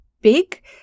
big